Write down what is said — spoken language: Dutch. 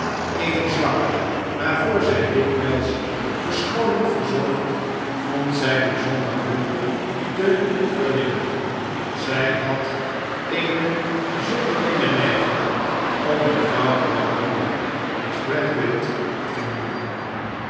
een zwak waarvoor zij dikwijls verschooning verzocht vond zij bijzonder moeielijk te verwinnen zij had eene zonderlinge neiging om mevrouw bounderby miss gradgrind te noemen